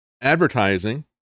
advertising